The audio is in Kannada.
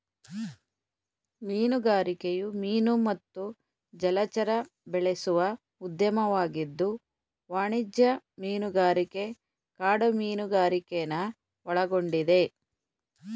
ಮೀನುಗಾರಿಕೆಯು ಮೀನು ಮತ್ತು ಜಲಚರ ಬೆಳೆಸುವ ಉದ್ಯಮವಾಗಿದ್ದು ವಾಣಿಜ್ಯ ಮೀನುಗಾರಿಕೆ ಕಾಡು ಮೀನುಗಾರಿಕೆನ ಒಳಗೊಂಡಿದೆ